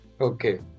Okay